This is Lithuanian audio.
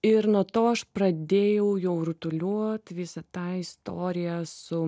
ir nuo to aš pradėjau jau rutuliuot visą tą istoriją su